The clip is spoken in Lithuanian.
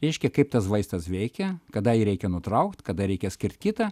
reiškia kaip tas vaistas veikia kada jį reikia nutraukt kada reikia skirt kitą